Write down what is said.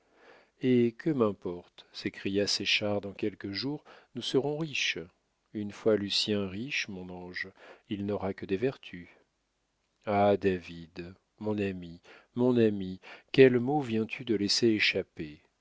eh que m'importe s'écria séchard dans quelques jours nous serons riches une fois lucien riche mon ange il n'aura que des vertus ah david mon ami mon ami quel mot viens-tu de laisser échapper